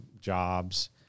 jobs